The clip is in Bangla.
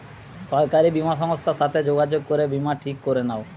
সরকারি বীমা সংস্থার সাথে যোগাযোগ করে বীমা ঠিক করে লাও